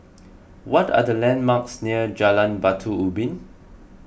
what are the landmarks near Jalan Batu Ubin